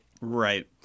Right